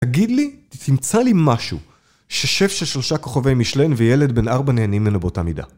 תגיד לי, תמצא לי משהו ששף של שלושה כוכבי משלן וילד בין ארבע נהנים ממנו באותה מידה.